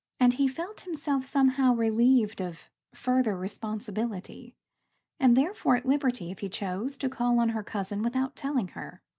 and he felt himself somehow relieved of further responsibility and therefore at liberty, if he chose, to call on her cousin without telling her.